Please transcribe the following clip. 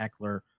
Eckler